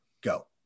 Go